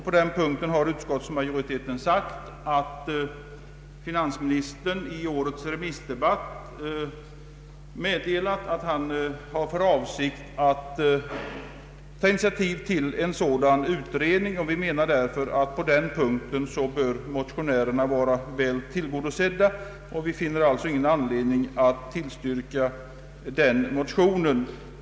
På den punkten har utskottsmajoriteten sagt att finansministern i årets remissdebatt meddelat att han har för avsikt att ta initiativ till en sådan utredning. Vi menar därför att motionärerna bör vara väl tillgodosedda och finner ingen anledning att tillstyrka motionen.